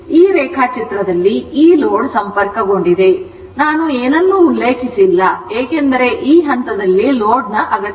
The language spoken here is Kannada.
ಈ ರೇಖಾಚಿತ್ರದಲ್ಲಿ ಈ ಲೋಡ್ ಸಂಪರ್ಕಗೊಂಡಿದೆ ನಾನು ಏನನ್ನೂ ಉಲ್ಲೇಖಿಸಲಿಲ್ಲ ಏಕೆಂದರೆ ಈ ಹಂತದಲ್ಲಿ ಲೋಡ್ ನ ಅಗತ್ಯವಿಲ್ಲ